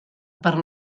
per